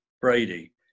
Brady